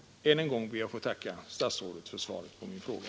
Än en gång ber jag att få tacka statsrådet för svaret på min fråga.